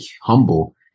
humble